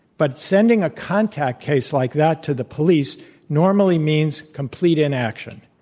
but sending a contact case like that to the police normally means complete inaction.